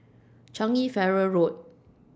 Changi Ferry Road